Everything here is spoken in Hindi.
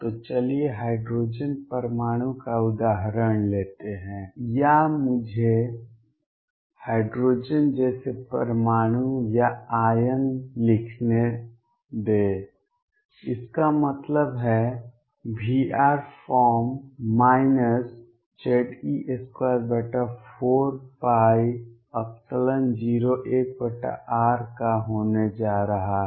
तो चलिए हाइड्रोजन परमाणु का उदाहरण लेते हैं या मुझे हाइड्रोजन जैसे परमाणु या आयन लिखने देते हैं इसका मतलब है V फॉर्म Ze24π01r का होने जा रहा है